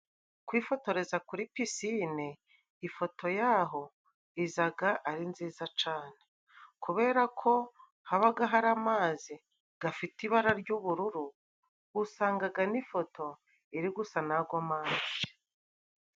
Kwifotoreza kuri pisine ifoto yaho izaga ari nziza cane kubera ko habaga hari amazi gafite ibara ry'ubururu usangaga n'ifoto iri gusa na gomazi.